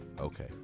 okay